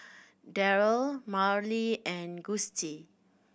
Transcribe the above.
Darell Marlee and Gustie